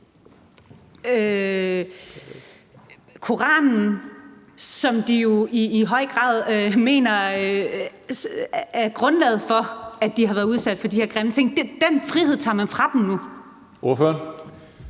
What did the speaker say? Koranen, som de jo i høj grad mener er grundlaget for, at de har været udsat for de her grimme ting. Den frihed tager man fra dem nu. Kl.